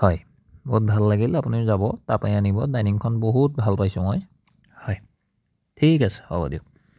হয় বহুত ভাল লাগিল আপুনি যাব তাৰ পৰাই আনিব ডাইনিংখন বহুত ভাল পাইছোঁ মই হয় ঠিক আছে হ'ব দিয়ক